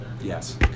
Yes